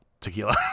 Tequila